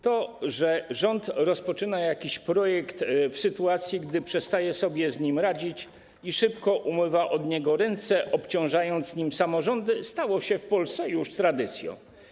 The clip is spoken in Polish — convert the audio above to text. To, że rząd rozpoczyna jakiś projekt i w sytuacji, gdy przestaje sobie z nim radzić, szybko umywa od niego ręce, obciążając nim samorządy, stało się w Polsce już tradycją.